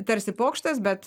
tarsi pokštas bet